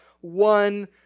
one